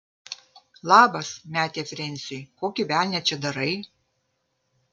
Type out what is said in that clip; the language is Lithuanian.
labas metė frensiui kokį velnią čia darai